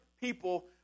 people